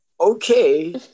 okay